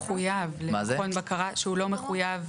--- מכון בקרה שהוא לא מחויב.